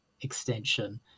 extension